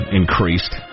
increased